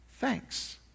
thanks